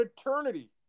eternity